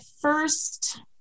first